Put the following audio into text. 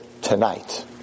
tonight